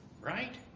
right